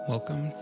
Welcome